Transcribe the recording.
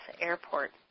airport